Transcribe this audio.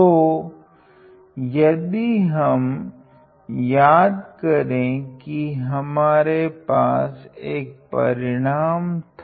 तो यदि हम याद करे कि हमारे पास एक परिणाम था